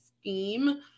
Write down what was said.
scheme